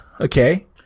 okay